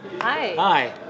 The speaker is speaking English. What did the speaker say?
Hi